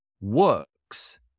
works